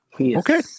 Okay